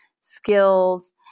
skills